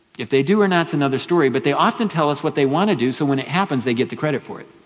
if they do or not, that's another story. but they often tell us what they want to do so when it happens they get the credit for it.